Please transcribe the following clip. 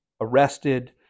arrested